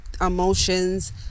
emotions